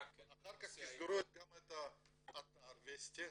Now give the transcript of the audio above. אחר כך תסגרו גם את האתר וסטי.